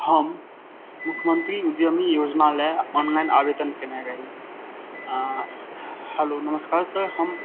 हम मुख्यमंत्री उद्यमी योजना लए ऑनलाइन आवेदन केने रही हैलो नमस्कार सर हम